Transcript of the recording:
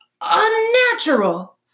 unnatural